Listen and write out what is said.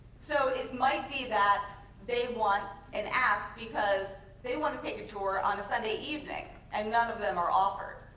so it might be that they want an app because they want to take a tour on a sunday evening, and none of them are offered.